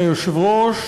אדוני היושב-ראש,